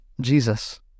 Jesus